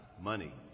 money